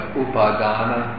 upadana